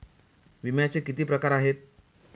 विम्याचे किती प्रकार आहेत?